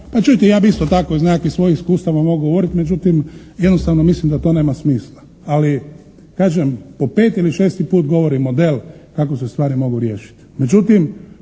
pa čujte ja bih isto tako iz nekakvih svojih iskustava mogao govoriti, međutim jednostavno mislim da to nema smisla. Ali kažem po peti ili šesti put govorim model kako se stvari mogu riješiti.